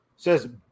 says